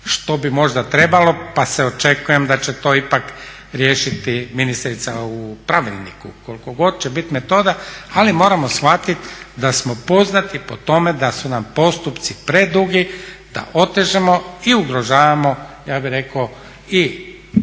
što bi možda trebalo pa se očekuje da će to ipak riješiti ministrica u pravilniku. Koliko god će biti metoda ali moramo shvatiti da smo poznati po tome da su nam postupci predugi, da otežemo i ugrožavamo ja bih rekao i